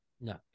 No